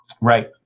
Right